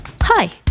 Hi